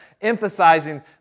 emphasizing